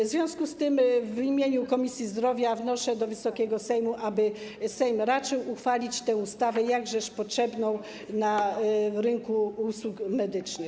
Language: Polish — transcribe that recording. W związku z tym w imieniu Komisji Zdrowia wnoszę do Wysokiego Sejmu, aby Sejm raczył uchwalić tę ustawę, jakżeż potrzebną na rynku usług medycznych.